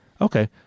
Okay